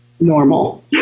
Normal